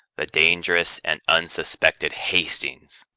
the dangerous and unsuspected hastings.